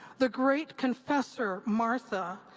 the great confessor martha,